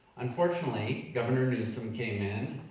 unfortunately, governor newsom came in,